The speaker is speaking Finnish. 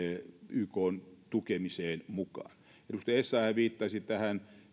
ykn tukemiseen mukaan edustaja essayah viittasi tähän